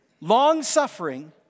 Long-suffering